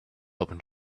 opened